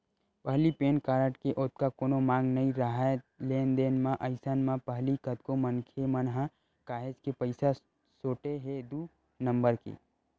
पहिली PAN card के ओतका कोनो मांग नइ राहय लेन देन म, अइसन म पहिली कतको मनखे मन ह काहेच के पइसा सोटे हे दू नंबर के